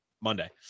Monday